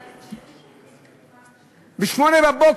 ב-08:00,